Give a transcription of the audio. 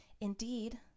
Indeed